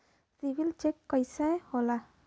CIBIL check कइसे होला?